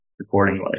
accordingly